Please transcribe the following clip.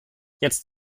jetzt